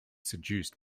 seduced